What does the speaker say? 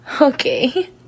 Okay